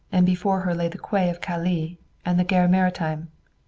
and before her lay the quay of calais and the gare maritime.